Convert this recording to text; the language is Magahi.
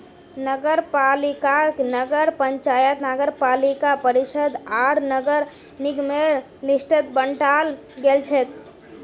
नगरपालिकाक नगर पंचायत नगरपालिका परिषद आर नगर निगमेर लिस्टत बंटाल गेलछेक